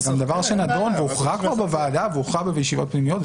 זה גם דבר שנדון והוכרע כבר בוועדה והוכרע בישיבות פנימיות,